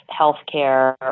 healthcare